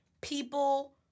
people